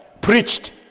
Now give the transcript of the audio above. preached